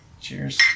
Cheers